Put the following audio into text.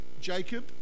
Jacob